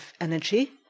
energy